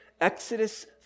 Exodus